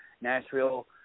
Nashville –